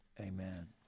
Amen